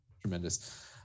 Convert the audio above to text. tremendous